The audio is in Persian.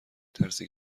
ترسی